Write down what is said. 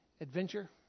adventure